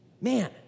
Man